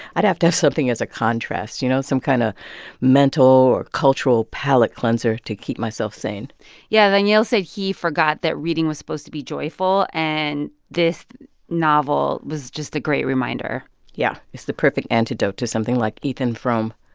i'd have to have something as a contrast, you know, some kind of mental or cultural palate cleanser to keep myself sane yeah. daniel said he forgot that reading was supposed to be joyful, and this novel was just a great reminder yeah. it's the perfect antidote to something like ethan frome.